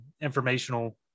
informational